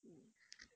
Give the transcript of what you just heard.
hmm